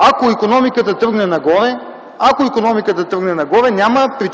Ако икономиката тръгне нагоре